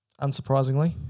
unsurprisingly